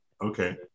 Okay